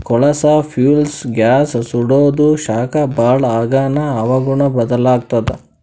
ಕೊಳಸಾ fuels gas ಸುಡಾದು ಶಾಖ ಭಾಳ್ ಆಗಾನ ಹವಾಗುಣ ಬದಲಾತ್ತದ